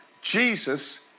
Jesus